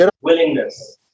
willingness